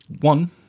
One